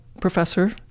professor